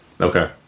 Okay